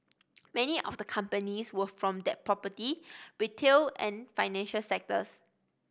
many of the companies were from the property retail and financial sectors